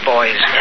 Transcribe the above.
Boys